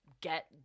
get